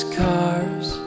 cars